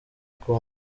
congo